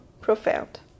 profound